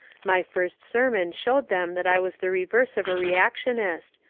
my first sermon showed them that i was the reverse of a reactionist,